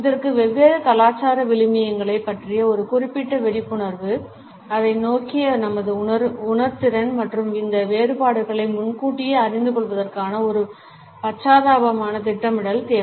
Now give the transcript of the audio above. இதற்கு வெவ்வேறு கலாச்சார விழுமியங்களைப் பற்றிய ஒரு குறிப்பிட்ட விழிப்புணர்வு அதை நோக்கிய நமது உணர்திறன் மற்றும் இந்த வேறுபாடுகளை முன்கூட்டியே அறிந்துகொள்வதற்கான ஒரு பச்சாதாபமான திட்டமிடல் தேவை